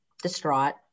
distraught